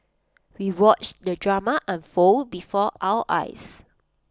we watched the drama unfold before our eyes